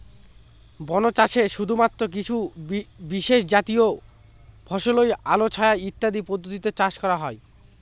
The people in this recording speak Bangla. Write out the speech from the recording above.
বন চাষে শুধুমাত্র কিছু বিশেষজাতীয় ফসলই আলো ছায়া ইত্যাদি পদ্ধতিতে চাষ করা হয়